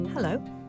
Hello